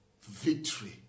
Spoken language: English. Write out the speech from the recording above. victory